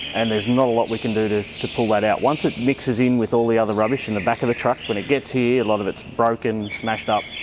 and there's not a lot we can do to to pull that out. once it mixes in with all the other rubbish in the back of the truck, when it gets here a lot of it is broken, smashed up,